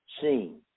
seen